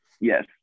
yes